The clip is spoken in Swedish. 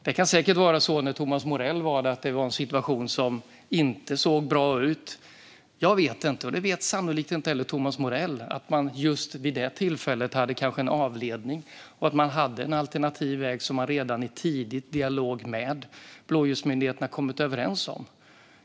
Det kan säkert ha varit en situation som inte såg bra ut när Thomas Morell var där. Jag vet inte, och det vet sannolikt inte heller Thomas Morell, om man just vid det tillfället hade en avledning och en alternativ väg som man redan tidigt kommit överens om i dialog med blåljusmyndigheterna.